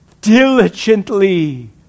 diligently